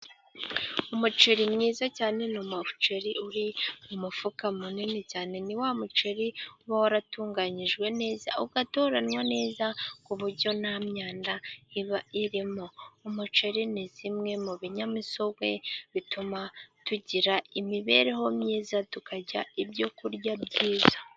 Umuceri mwiza cyane ni umuceri uri mu mufuka munini cyane. Ni wa muceri uba waratunganyijwe neza, ugatoranywa neza ku buryo nta myanda iba irimo . Umuceri ni kimwe mu binyamisogwe bituma tugira imibereho myiza tukarya ibyokurya byiza.